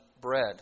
bread